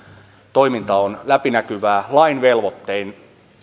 toiminta on läpinäkyvää lain velvoittein